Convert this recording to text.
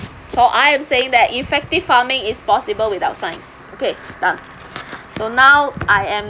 so I am saying that effective farming is possible without science okay done so now I am